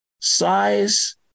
size